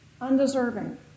undeserving